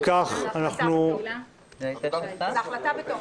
אם כך, ההחלטה בתוקף.